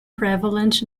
prevalent